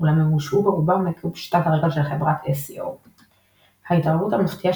אולם הם הושעו ברובם עקב פשיטת הרגל של חברת SCO. ההתערבות המפתיעה